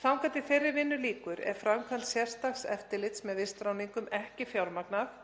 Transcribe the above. Þangað til þeirri vinnu lýkur er framkvæmd sérstaks eftirlits með vistráðningum ekki fjármagnað